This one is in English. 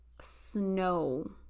snow